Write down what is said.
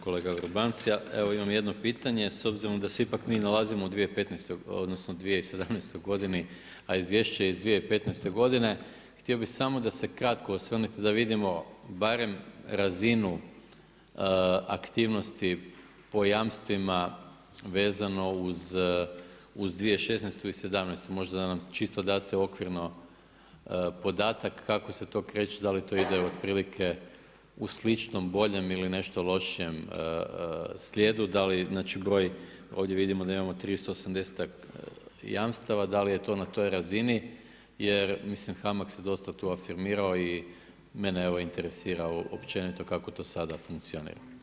Kolega Vrbanec, evo imam jedno pitanje s obzirom da se ipak mi nalazimo u 2017. godini, a izvješće je iz 2015. godine, htio bi samo da se kratko osvrnete, da vidimo barem razinu aktivnosti po jamstvima vezano uz 2016. i 2017., možda da nam čisto date okvirno podatak kako se to kreće, da li to ide otprilike u sličnom, boljem ili nešto lošijem slijedu, da li znači broj ovdje vidimo da imamo 380 jamstava, da li je to na toj razini, jer mislim HAMAG se dosta tu afirmirao i mene evo interesira općenito kako to sada funkcionira.